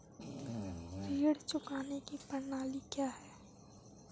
ऋण चुकाने की प्रणाली क्या है?